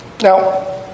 Now